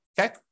okay